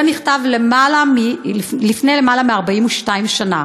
זה נכתב לפני למעלה מ-42 שנה.